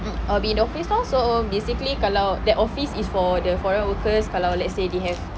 mm I'll be in the office lor so basically kalau that office is for the foreign workers kalau let's say they have